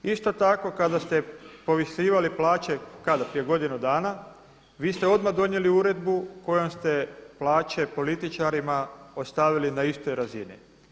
Isto tako kada ste povisivali plaće, kada, prije godinu dana, vi ste odmah donijeli uredbu kojom ste plaće političarima ostavili na istoj razini.